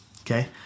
okay